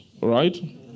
right